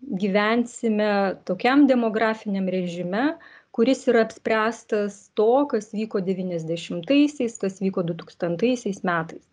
gyvensime tokiam demografiniam režime kuris yra apspręstas to kas vyko devyniasdešimtaisiais kas vyko du tūkstantaisiais metais